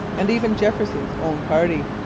and even jefferson's own party,